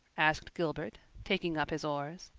asked gilbert, taking up his oars.